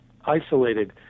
isolated